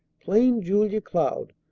plain julia cloud,